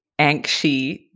anxious